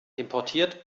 importiert